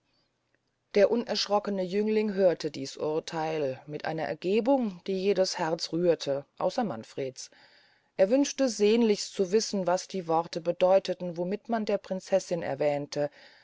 der unerschrockene jüngling hörte dies urtheil mit einer ergebung die jedes herz rührte außer manfreds er wünschte sehnlichst zu wissen was die worte bedeuteten womit man der prinzessin erwähnte